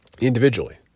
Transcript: individually